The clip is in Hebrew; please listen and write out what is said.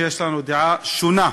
יש לנו דעה שונה.